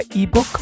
ebook